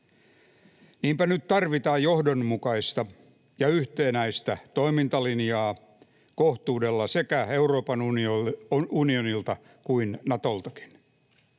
Niinpä nyt tarvitaan johdonmukaista ja yhtenäistä toimintalinjaa kohtuudella niin Euroopan unionilta kuin Natoltakin.